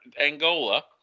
Angola